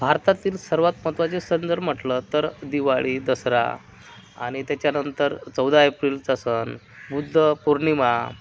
भारतातील सर्वात महत्त्वाचे सण जर म्हटलं तर दिवाळी दसरा आनी त्यांच्यानंतर चौदा एप्रिलचा सण बुद्ध पौर्णिमा